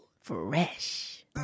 Fresh